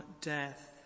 death